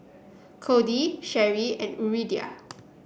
Kody Sherri and Yuridia